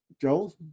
Joel